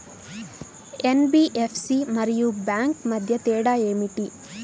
NBFC మరియు bank మధ్య తేడా ఏమిటీ?